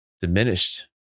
diminished